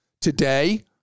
Today